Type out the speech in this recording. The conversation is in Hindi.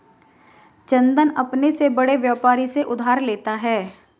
चंदन अपने से बड़े व्यापारी से उधार लेता है